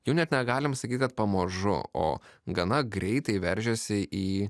jau net negalim sakyt kad pamažu o gana greitai veržiasi į